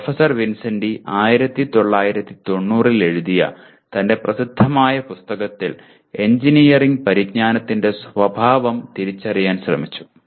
professor Vincenti 1990 ൽ എഴുതിയ തന്റെ പ്രസിദ്ധമായ പുസ്തകത്തിൽ എഞ്ചിനീയറിംഗ് പരിജ്ഞാനത്തിന്റെ സ്വഭാവം തിരിച്ചറിയാൻ ശ്രമിച്ചു